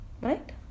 Right